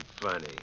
funny